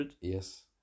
yes